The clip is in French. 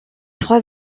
trois